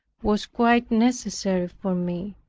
was quite necessary for me.